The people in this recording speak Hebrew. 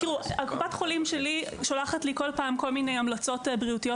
קופת החולים שלי שולחת אלי בכל פעם כל מיני המלצות בריאותיות,